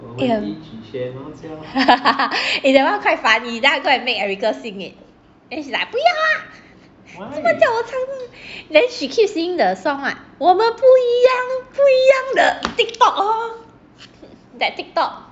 eh that one quite funny then I go and make ericasing it then she like 不要啦做么叫我唱歌 then she keep singing the song [what] 我们不一样不一样 the Tiktok lor that Tiktok